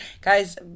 guys